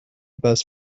best